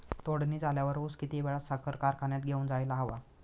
तोडणी झाल्यावर ऊस किती वेळात साखर कारखान्यात घेऊन जायला हवा?